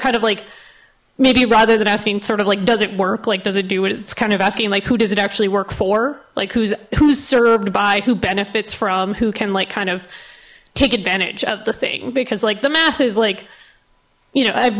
kind of like maybe rather than asking sort of like does it work like does it do it it's kind of asking like who does it actually work for like who's who's served by who benefits from who can like kind of take advantage of the thing because like the math is like you know i've